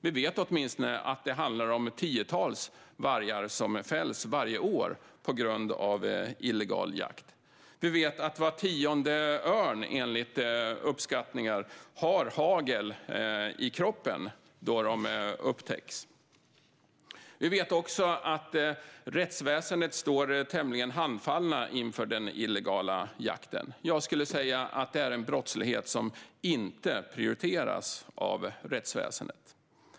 Vi vet åtminstone att det handlar om tiotals vargar som fälls varje år på grund av illegal jakt. Vi vet att var tionde örn enligt uppskattningar har hagel i kroppen då de upptäcks. Vi vet också att rättsväsendet står tämligen handfallet inför den illegala jakten. Jag skulle säga att detta är en brottslighet som inte prioriteras av rättsväsendet.